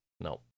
No